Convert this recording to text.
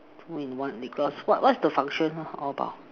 two in one lip gloss what what's the function about